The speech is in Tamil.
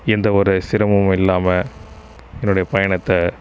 எந்த ஒரு சிரமமும் இல்லாமல் என்னோடைய பயணத்தை